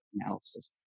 analysis